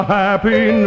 happy